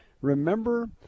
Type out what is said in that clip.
Remember